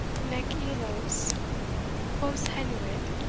nec illos quos genuit,